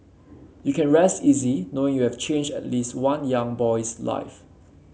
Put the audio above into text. you can rest easy knowing you have changed at least one young boy's life